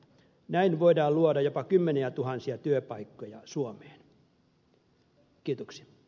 näin voidaan luoda jopa kymmeniätuhansia työpaikkoja suomeen